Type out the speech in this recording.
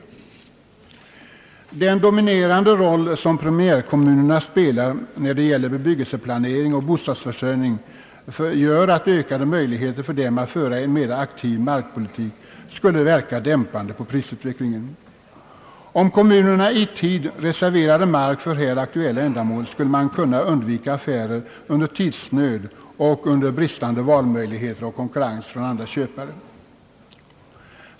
oDen dominerande roll som primärkommunerna spelar när det gäller bebyggelseplanering och bostadsförsörjning gör att ökade möjligheter för dem att föra en mera aktiv markpolitik skulle verka dämpande på prisutvecklingen. Om kommunerna i tid reserverade mark för här aktuella ändamål skulle man kunna undvika affärer under tids nöd och under bristande valmöjligheter och konkurrens från andra köpare.